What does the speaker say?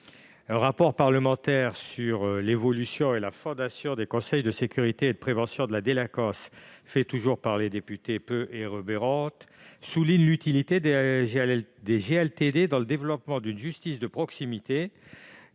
Un rapport parlementaire sur l'évolution et la fondation des conseils locaux de sécurité et de prévention de la délinquance des députés Peu et Rebeyrotte souligne l'utilité de ces GLTD dans le développement d'une justice de proximité